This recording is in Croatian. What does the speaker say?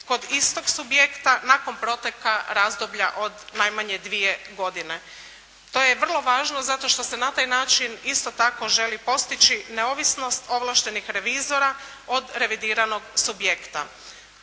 kod istog subjekta nakon proteka razdoblja od najmanje dvije godine. To je vrlo važno zato što se na taj način isto tako želi postići neovisnost ovlaštenih revizora od revidiranog subjekta.